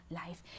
life